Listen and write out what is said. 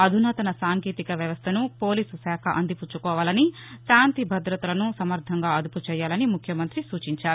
అధునాతన సాంకేతిక వ్యవస్థను పోలీస్ శాఖ అందిపుచ్చుకోవాలని శాంతి భదతలను సమర్దంగా అదుపుచేయాలని ముఖ్యమంత్రి సూచించారు